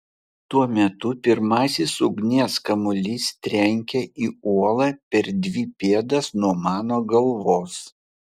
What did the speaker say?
tuo metu pirmasis ugnies kamuolys trenkia į uolą per dvi pėdas nuo mano galvos